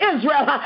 Israel